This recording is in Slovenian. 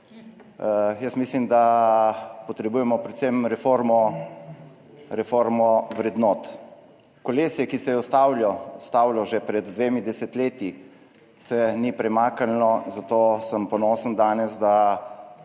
Jaz mislim, da potrebujemo predvsem reformo vrednot. Kolesje, ki se je ustavilo že pred dvema desetletjema, se ni premaknilo, zato sem danes ponosen, da